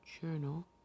Journal